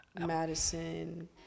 Madison